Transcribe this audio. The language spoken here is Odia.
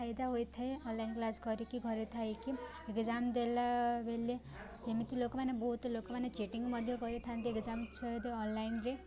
ଫାଇଦା ହୋଇଥାଏ ଅନଲାଇନ୍ କ୍ଲାସ୍ କରିକି ଘରେ ଥାଇକି ଏକ୍ଜାମ୍ ଦେଲା ବେଲେ ଯେମିତି ଲୋକମାନେ ବହୁତ ଲୋକମାନେ ଚିଟିଂ ମଧ୍ୟ କରିଥାନ୍ତି ଏକ୍ଜାମ୍ ସହିତ ଅନଲାଇନ୍ରେ